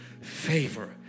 favor